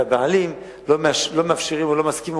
והבעלים לא מאפשרים או לא מסכימים,